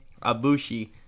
Abushi